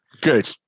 Good